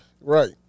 Right